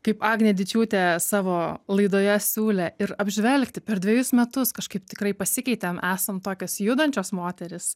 kaip agnė dičiūtė savo laidoje siūlė ir apžvelgti per dvejus metus kažkaip tikrai pasikeitėm esam tokios judančios moterys